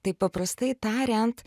tai paprastai tariant